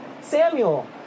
Samuel